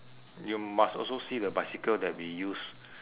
you must also see the bicycle that we use